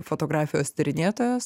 fotografijos tyrinėtojos